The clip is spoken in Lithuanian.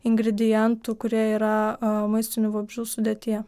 ingredientų kurie yra maistinių vabzdžių sudėtyje